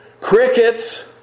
crickets